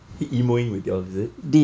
he emoing with y'all is it